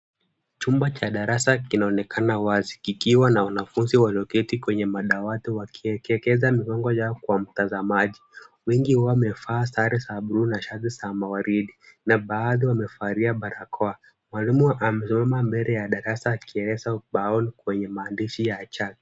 Chumba cha darasa kinaonekana wazi kikiwa na wanafunzi walioketi kwenye madawati wakiegeza migongo yao kwa mtazamaji. Wengi wamevaa sare za buluu na shati za mawaridi na baadhi wamevalia barakoa. Mwalimu amesimama mbele ya darasa akieleza ubaoni kwenye maandishi ya chaki.